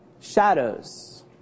shadows